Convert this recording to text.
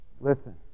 Listen